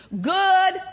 good